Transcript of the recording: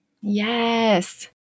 Yes